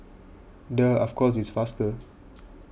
duh of course it's faster